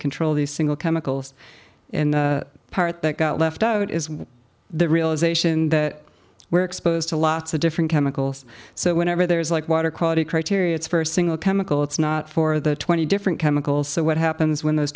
control these single chemicals in part that got left out is the realization that we're exposed to lots of different chemicals so whenever there is like water quality criteria it's first single chemical it's not for the twenty different chemicals so what happens when th